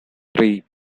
three